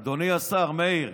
אדוני השר מאיר,